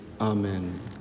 amen